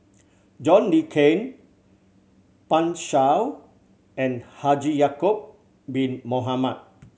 John Le Cain Pan Shou and Haji Ya'acob Bin Mohamed